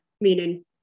Meaning